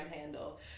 handle